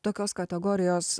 tokios kategorijos